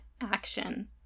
action